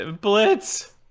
Blitz